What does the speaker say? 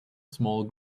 small